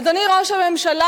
אדוני ראש הממשלה,